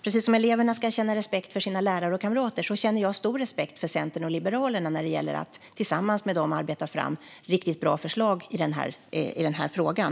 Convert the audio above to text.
Precis som eleverna ska känna respekt för sina lärare och kamrater känner jag stor respekt för Centern och Liberalerna när det gäller att tillsammans med dem arbeta fram riktigt bra förslag i den här frågan.